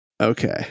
Okay